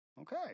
okay